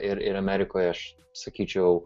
ir ir amerikoj aš sakyčiau